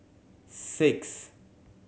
six